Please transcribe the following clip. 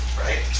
right